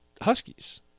Huskies